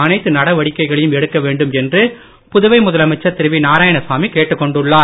அனைத்து நடவடிக்கைகளையும் எடுக்க வேண்டும் என்று புதுவை முதலமைச்சர் திரு நாராயணசாமி கேட்டுக் கொண்டுள்ளார்